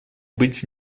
быть